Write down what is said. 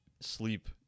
sleep